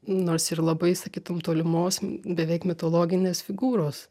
nors ir labai sakytum tolimos beveik mitologinės figūros